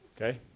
okay